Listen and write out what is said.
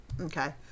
Okay